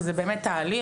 שזה באמת תהליך.